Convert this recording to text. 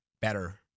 better